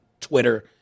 Twitter